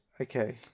Okay